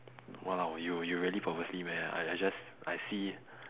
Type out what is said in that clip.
!walao! you you really purposely meh I I just I see